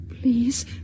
Please